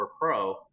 Pro